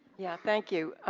yeah, thank you,